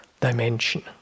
dimension